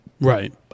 Right